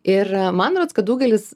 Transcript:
ir man rodos kad daugelis